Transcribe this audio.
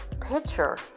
picture